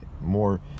more